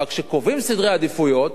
אבל כאשר קובעים סדרי עדיפויות,